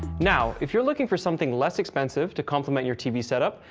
now, if you're looking for something less expensive to compliment your tv setup,